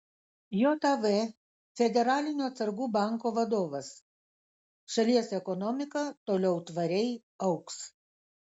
jav federalinio atsargų banko vadovas šalies ekonomika toliau tvariai augs